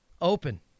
open